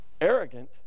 Arrogant